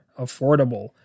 affordable